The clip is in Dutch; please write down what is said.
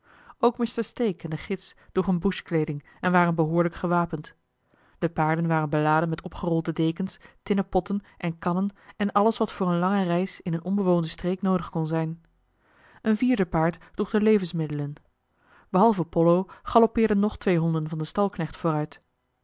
ook mr stake en de gids droegen bushkleeding en waren behoorlijk gewapend de paarden waren beladen met opgerolde dekens tinnen potten en kannen en alles wat voor eene lange reis in eene onbewoonde streek noodig kon zijn een vierde paard droeg de levensmiddelen behalve pollo galoppeerden nog twee honden van den stalknecht